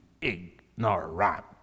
ignorant